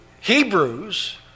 Hebrews